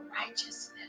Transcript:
righteousness